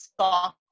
Soft